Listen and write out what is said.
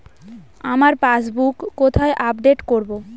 আমার পাসবুক কোথায় আপডেট করব?